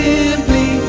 Simply